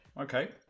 Okay